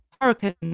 Hurricane